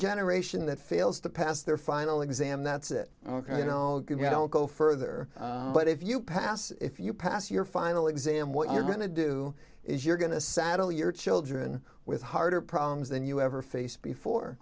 generation that fails to pass their final exam that's it ok you know all good don't go further but if you pass if you pass your final exam what you're going to do is you're going to saddle your children with harder problems than you ever faced before